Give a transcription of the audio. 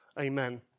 Amen